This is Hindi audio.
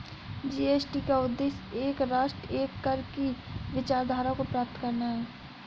जी.एस.टी का उद्देश्य एक राष्ट्र, एक कर की विचारधारा को प्राप्त करना है